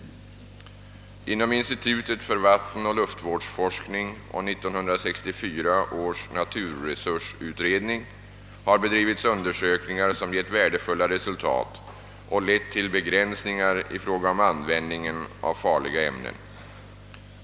Inom institutet för vattenoch luftvårdsforskning och 1964 års naturresursutredning har bedrivits undersökningar som givit värdefulla resultat och lett till begränsningar i fråga om användningen av farliga ämnen.